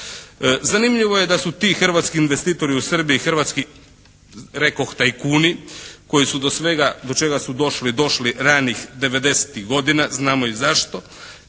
Zanimljivo je da su ti hrvatski investitori u Srbiji hrvatski rekoh tajkuni koji su do svega do čega su došli, došli ranih devedesetih godina. Znamo i zašto